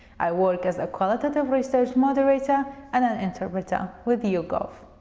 i work as a qualitative research moderator and an interpreter with yougov.